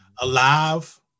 Alive